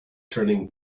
turning